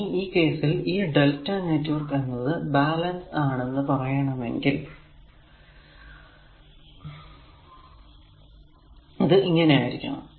ഇനി ഈ കേസിൽ ഈ Δ നെറ്റ്വർക്ക് എന്നത് ബാലൻസ് ആണെന്ന് പറയണമെങ്കിൽ a a R a R lrm ആയിരിക്കണം